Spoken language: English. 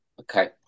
okay